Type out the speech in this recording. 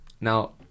Now